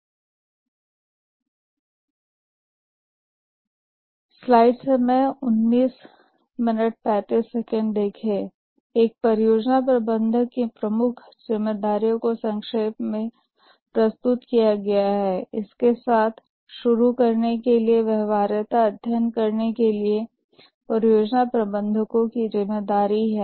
इस चित्र में एक परियोजना प्रबंधक की प्रमुख जिम्मेदारियों को संक्षेप में प्रस्तुत किया गया है इसके साथ शुरू करने के लिए व्यवहार्यता का अध्ययन करना परियोजना प्रबंधकों की जिम्मेदारी है